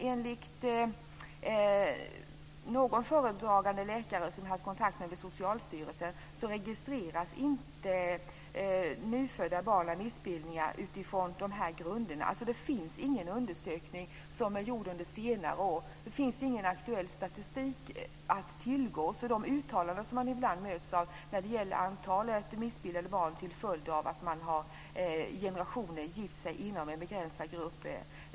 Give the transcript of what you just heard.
Enligt en föredragande läkare vid Socialstyrelsen som jag har haft kontakt med registreras inte nyfödda barn med missbildningar utifrån dessa grunder. Det finns alltså ingen undersökning gjord under senare år, och det finns ingen aktuell statistik att tillgå som styrker uttalanden som man ibland möts av om att antalet missbildade barn är en följd av att man i generationer har gift sig inom en begränsad grupp.